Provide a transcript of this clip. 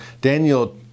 Daniel